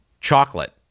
chocolate